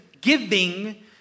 giving